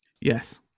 Yes